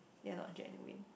ya lor genuine